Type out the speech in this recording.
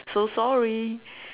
so sorry